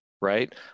right